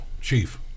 chief